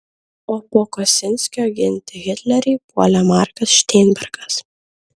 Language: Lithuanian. o po kosinskio ginti hitlerį puolė markas šteinbergas